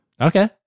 Okay